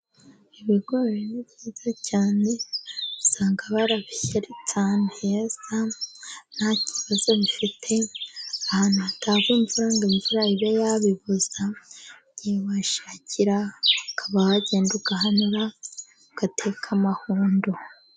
Ibigori ni byiza cyane, usanga barabishyaritse ahantu heza, nta kibazo bifite. Ahantu hatagwa imvura ngo imvura ibe yabiboza, igihe washakira ukaba wagenda ugahanura ugateka amahundo.